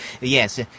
Yes